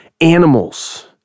animals